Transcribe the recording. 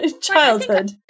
childhood